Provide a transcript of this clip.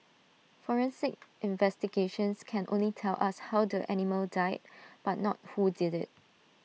forensic investigations can only tell us how the animal died but not who did IT